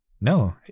No